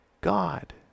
God